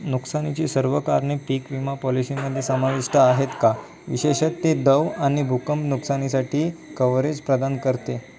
नुकसानीची सर्व कारणे पीक विमा पॉलिसीमध्ये समाविष्ट आहेत का विशेषत ते दंव आणि भूकंप नुकसानीसाठी कवरेज प्रदान करते